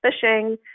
fishing